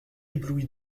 ébloui